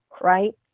right